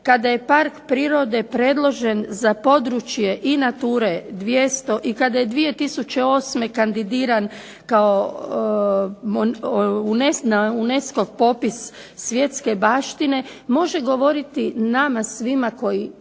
kada je park prirode preložen za područje i Nature 200 i kada je 2008. kandidiran na UNESCO-ov popis svjetske baštine, može govoriti nama svima koji